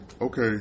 okay